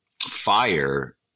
fire